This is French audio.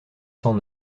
cent